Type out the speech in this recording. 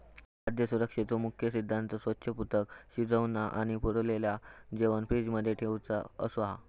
खाद्य सुरक्षेचो मुख्य सिद्धांत स्वच्छ, पृथक, शिजवना आणि उरलेला जेवाण फ्रिज मध्ये ठेउचा असो हा